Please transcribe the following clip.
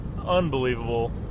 unbelievable